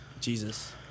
Jesus